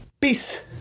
Peace